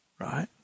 right